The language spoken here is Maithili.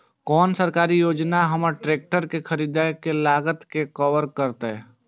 कोन सरकारी योजना हमर ट्रेकटर के खरीदय के लागत के कवर करतय?